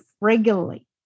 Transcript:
regularly